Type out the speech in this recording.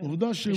עובדה.